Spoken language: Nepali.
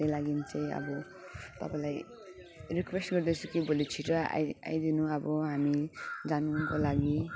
त्यही लागि चाहिँ अब तपाईँलाई रिक्वेस्ट गर्दैछु कि भोलि छिटो आई आइदिनु अब हामी जानुको लागि